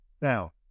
now